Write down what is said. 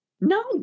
no